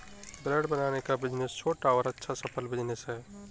bread बनाने का business छोटा और अच्छा सफल बिज़नेस है